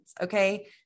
Okay